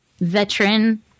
veteran